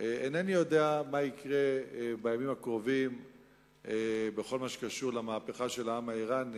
אינני יודע מה יקרה בימים הקרובים בכל מה שקשור למהפכה של העם האירני,